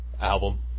album